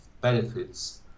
benefits